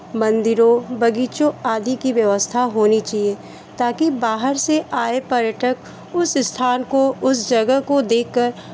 मंदिरों बगीचों आदि की व्यवस्था होनी चहिए ताकि बाहर से आए पर्यटक उस स्थान को उस जगह को देखकर